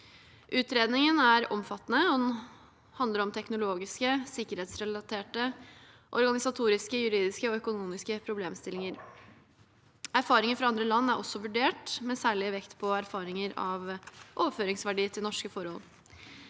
Utredningen er omfattende og omhandler teknologiske, sikkerhetsrelaterte, organisatoriske, juridiske og økonomiske problemstillinger. Erfaringer fra andre land er også vurdert, med særlig vekt på erfaringer av overføringsverdi til norske forhold.